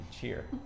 cheer